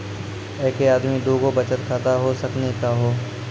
एके आदमी के दू गो बचत खाता हो सकनी का हो?